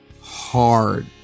hard